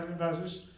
vases,